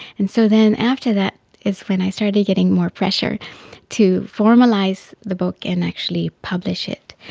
and so then after that is when i started getting more pressure to formalise the book and actually publish it.